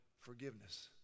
forgiveness